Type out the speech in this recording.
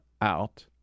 out